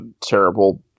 terrible